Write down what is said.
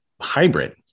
hybrid